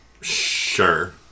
sure